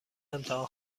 امتحان